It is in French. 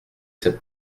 cette